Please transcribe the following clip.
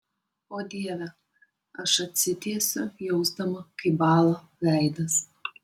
o dieve aš atsitiesiu jausdama kaip bąla veidas